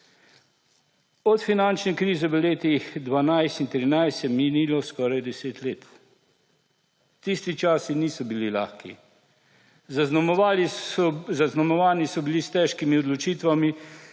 Od finančne krize v letih 2012 in 2013 je minilo skoraj 10 let. Tisti časi niso bili lahki. Zaznamovani so bili s težkimi odločitvami